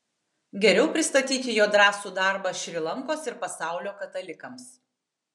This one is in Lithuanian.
geriau pristatyti jo drąsų darbą šri lankos ir pasaulio katalikams